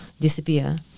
disappear